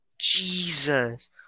Jesus